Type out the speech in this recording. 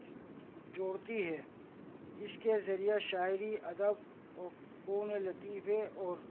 جوڑتی ہے اس کے ذریعہ شاعری ادب و فنون لطیفہ اور